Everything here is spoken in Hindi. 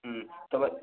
तो